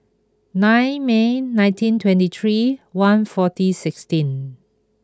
nine May nineteen twenty three one forty sixteen